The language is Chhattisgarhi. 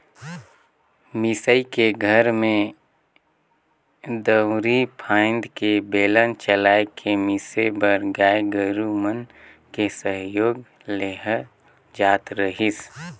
मिसई के घरी में दउंरी फ़ायन्द के बेलन चलाय के मिसे बर गाय गोरु मन के सहयोग लेहल जात रहीस